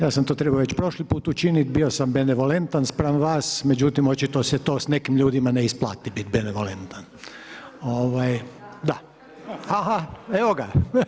Ja sam to trebao već prošli put učiniti, bio sam benevolentan spram vas, međutim očito se to s nekim ljudima ne isplati biti benevolentan. … [[Upadica se ne čuje.]] Da, ha, ha, evo ga.